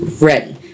ready